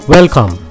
Welcome